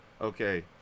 Okay